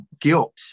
guilt